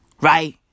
Right